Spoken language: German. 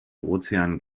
ozean